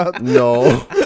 No